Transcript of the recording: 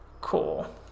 Cool